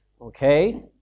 okay